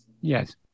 Yes